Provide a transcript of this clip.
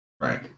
Right